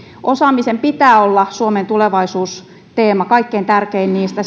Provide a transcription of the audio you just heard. osaamisen pitää olla suomen tulevaisuusteema kaikkein tärkein niistä